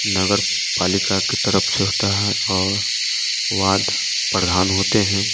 नगर पालिका की तरफ से होता है और वार्ड प्रधान होते हैं